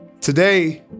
Today